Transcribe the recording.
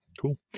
Cool